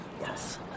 Yes